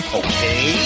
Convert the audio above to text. okay